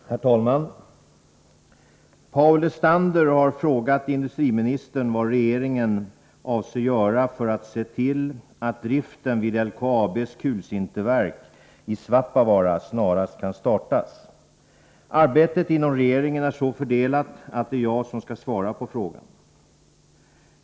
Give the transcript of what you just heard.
Herr talman! Paul Lestander har frågat industriministern vad regeringen avser göra för att se till att driften vid LKAB:s kulsinterverk i Svappavaara snarast kan startas. Arbetet inom regeringen är så fördelat att det är jag som skall svara på frågan.